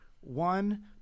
one